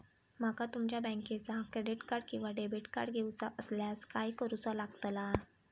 माका तुमच्या बँकेचा क्रेडिट कार्ड किंवा डेबिट कार्ड घेऊचा असल्यास काय करूचा लागताला?